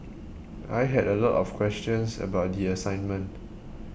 I had a lot of questions about the assignment